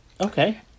Okay